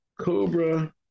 Cobra